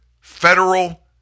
federal